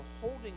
holding